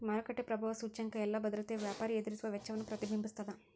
ಮಾರುಕಟ್ಟೆ ಪ್ರಭಾವ ಸೂಚ್ಯಂಕ ಎಲ್ಲಾ ಭದ್ರತೆಯ ವ್ಯಾಪಾರಿ ಎದುರಿಸುವ ವೆಚ್ಚವನ್ನ ಪ್ರತಿಬಿಂಬಿಸ್ತದ